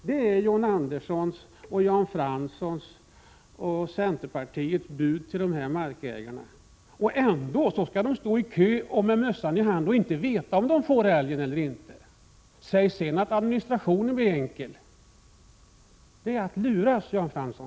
Det är John Anderssons, Jan Franssons och centerpartiets bud till dessa markägare. Ändå skall de stå i kö med mössan i hand och inte veta om de får sig en älg tilldelad eller inte. Att säga att administrationen av detta blir enkel är att luras, Jan Fransson.